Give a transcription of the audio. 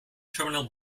terminal